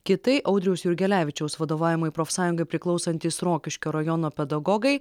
kitai audriaus jurgelevičiaus vadovaujamai profsąjungai priklausantys rokiškio rajono pedagogai